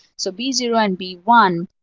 so b zero and b one,